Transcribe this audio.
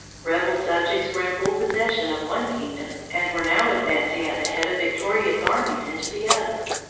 rebel subjects were in full possession of one kingdom, and were now advancing at the head of victorious armies into the other.